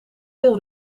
veel